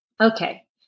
Okay